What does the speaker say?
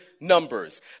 numbers